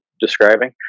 describing